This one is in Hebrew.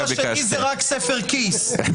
תגיד שזה רק ספר כיס.